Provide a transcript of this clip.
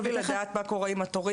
אבל חשוב לי לדעת מה קורה עם התורים.